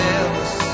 else